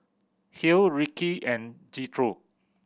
Hale Ricki and Jethro